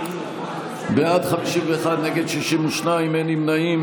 בעד, 51, נגד, 62, אין נמנעים.